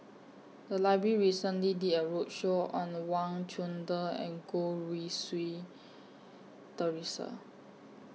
The Library recently did A roadshow on Wang Chunde and Goh Rui Si Theresa